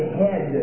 head